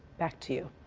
back to you.